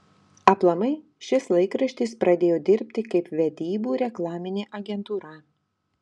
aplamai šis laikraštis pradėjo dirbti kaip vedybų reklaminė agentūra